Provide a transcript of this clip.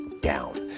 down